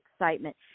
excitement